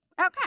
Okay